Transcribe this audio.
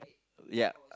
ya